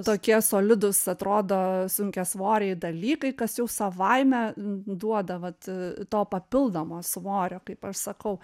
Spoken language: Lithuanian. tokie solidūs atrodo sunkiasvoriai dalykai kas jau savaime duoda vat to papildomo svorio kaip aš sakau